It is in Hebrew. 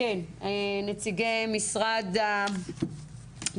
נדרשנו לנושא הזה במספר הזדמנויות